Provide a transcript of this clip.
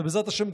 ובעזרת השם,